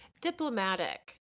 Diplomatic